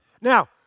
Now